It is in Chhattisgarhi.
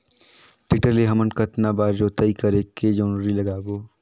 टेक्टर ले हमन कतना बार जोताई करेके जोंदरी लगाबो?